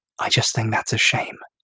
i just think that's a shame.